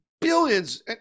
billions